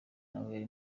nawe